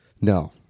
No